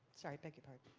sorry, beg your